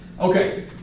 Okay